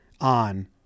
on